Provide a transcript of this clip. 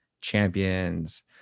champions